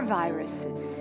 viruses